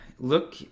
Look